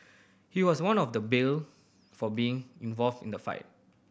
he was out of the bail for being involved in the fight